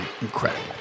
incredible